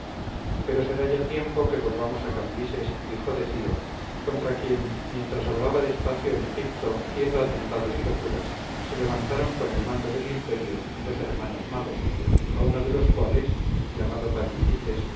pero será ya tiempo que volvamos a cambises hijo de ciro contra quien mientras holgaba despacio en egipto haciendo alentados y locuras se levantaron con el mando del imperio dos hermanos magos a uno de los cuales llamado patizites